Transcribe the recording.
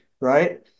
right